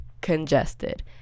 congested